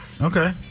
Okay